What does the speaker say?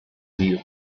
die